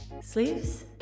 sleeves